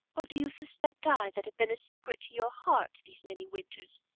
or do you suspect i, that have been a secret to your heart these many winters,